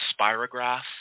Spirograph